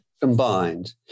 combined